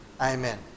Amen